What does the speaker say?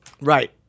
Right